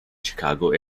chicago